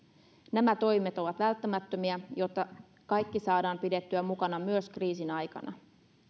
nämä toimet ovat välttämättömiä jotta kaikki saadaan pidettyä mukana myös kriisin aikana